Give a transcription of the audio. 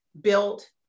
built